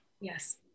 yes